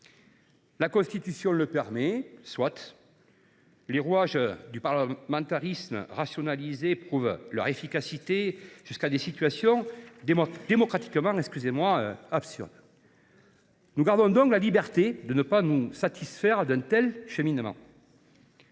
La Constitution le permet ; soit ! Les rouages du parlementarisme rationalisé prouvent leur efficacité jusqu’à des situations démocratiquement absurdes. Nous gardons donc la liberté de ne pas nous satisfaire d’un tel cheminement.